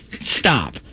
stop